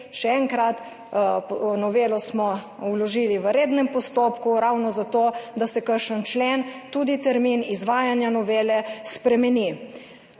Še enkrat, novelo smo vložili v rednem postopku ravno zato, da se spremeni kakšen člen, tudi termin izvajanja novele.